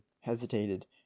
hesitated